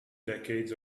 decades